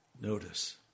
Notice